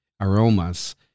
aromas